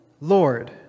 Lord